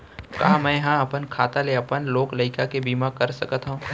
का मैं ह अपन खाता ले अपन लोग लइका के भी बीमा कर सकत हो